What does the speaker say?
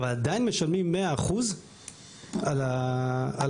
אבל עדיין משלמים מאה אחוז על הפיקוח.